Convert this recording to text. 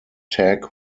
tag